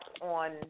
on